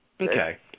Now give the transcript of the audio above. Okay